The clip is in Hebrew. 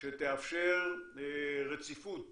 שתאפשר רציפות